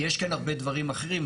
כי יש כאן הרבה דברים אחרים.